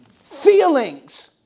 feelings